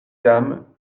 dame